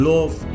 Love